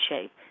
shape